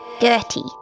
Gertie